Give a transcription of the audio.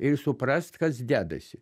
ir suprast kas dedasi